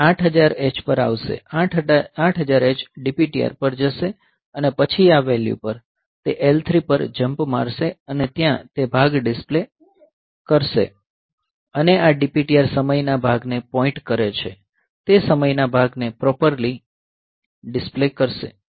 તે 8000 H પર આવશે 8000 H DPTR પર જશે અને પછી આ વેલ્યુ પર તે L3 પર જંપ મારશે અને ત્યાં તે ભાગ ડીસ્પ્લે કરશે અને આ DPTR સમયના ભાગને પોઈન્ટ કરે છે તે સમયના ભાગને પ્રોપર્લી ડીસ્પ્લે કરશે